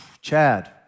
Chad